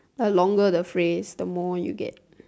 the longer the phrase the more you get